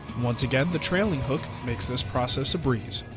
once again, the trailing hook makes this process a breeze.